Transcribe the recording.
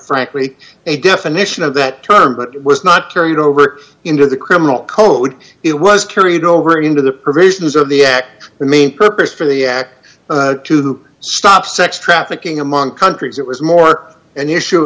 frankly a definition of that term but was not carried over into the criminal code it was carried over into the provisions of the at the main purpose for the act to stop sex trafficking among countries it was more an issue